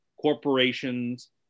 corporations